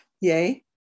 yay